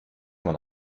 man